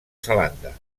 zelanda